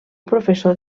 professor